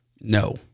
No